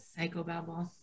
Psychobabble